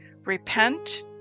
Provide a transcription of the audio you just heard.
Repent